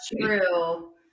true